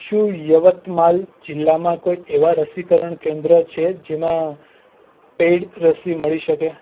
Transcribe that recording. શું યવતમાલ જિલ્લામાં કોઈ એવાં રસીકરણ કેન્દ્ર છે જેમાં પેઈડ રસી મળી શકે